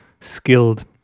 skilled